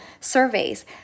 surveys